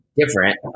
different